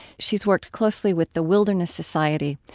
she's worked closely with the wilderness society,